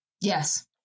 Yes